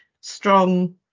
strong